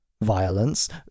violence